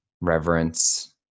reverence